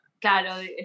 Claro